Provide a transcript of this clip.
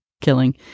killing